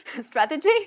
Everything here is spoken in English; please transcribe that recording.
strategy